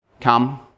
Come